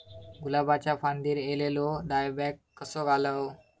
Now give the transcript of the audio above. गुलाबाच्या फांदिर एलेलो डायबॅक कसो घालवं?